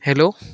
hello